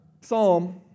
psalm